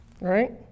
right